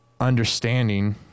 understanding